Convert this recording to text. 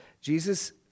Jesus